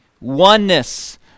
oneness